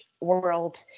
world